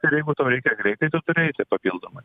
irgi jeigu tau reikia greitai tu turi eiti papildomai